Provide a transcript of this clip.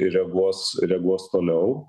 reaguos reaguos toliau